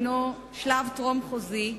הוא שלב טרום-חוזי.